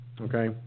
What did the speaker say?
okay